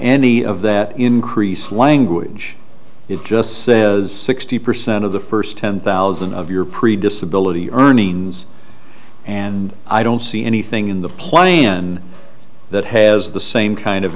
any of that increase language it just says sixty percent of the first ten thousand of your previous ability earnings and i don't see anything in the playin that has the same kind of